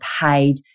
paid